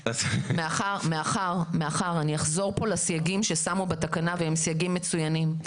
אני אחזור כאן לסייגים ששמו בתקנה והם סייגים מצוינים.